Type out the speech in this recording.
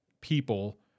people